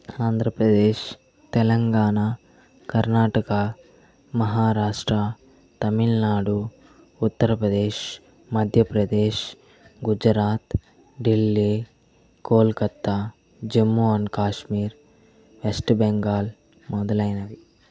Andhra Pradesh Telangana Karnataka Maharashtra Tamil Nadu Uttar Pradesh Madhya Pradesh Gujarat Delhi Kolkata Jammu and Kashmir west Bengal మొదలైనవి